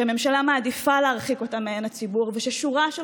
שהממשלה מעדיפה להרחיק אותם מעין הציבור וששורה של